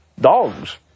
dogs